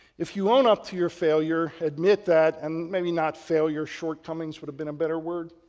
if you own up to your failure, admit that, and maybe not failure, shortcomings would have been a better word.